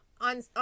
on